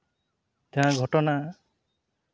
ᱡᱟᱦᱟᱸ ᱜᱷᱚᱴᱚᱱᱟ